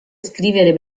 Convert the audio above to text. scrivere